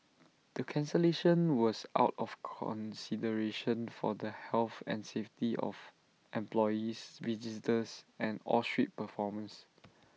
the cancellation was out of consideration for the health and safety of employees visitors and all street performers